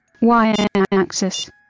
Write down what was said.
Y-axis